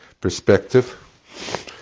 perspective